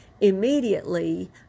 immediately